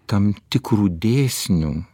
tam tikrų dėsnių